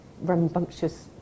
rambunctious